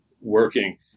working